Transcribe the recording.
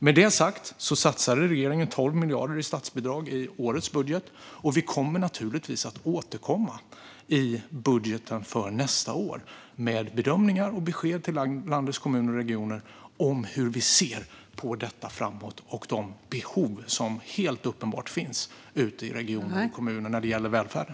Regeringen satsade 12 miljarder i statsbidrag i årets budget, och vi kommer naturligtvis att återkomma i budgeten för nästa år med bedömningar och besked till landets kommuner och regioner om hur vi ser på detta framåt och på de behov som helt uppenbart finns ute i regioner och kommuner när det gäller välfärden.